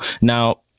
Now